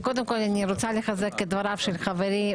רוצה לחזק את דברי חברי,